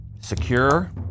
Secure